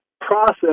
process